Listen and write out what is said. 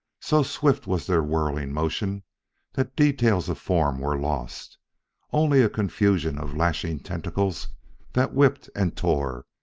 so swift was their whirling motion that details of form were lost only a confusion of lashing tentacles that whipped and tore,